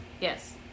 Yes